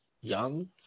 young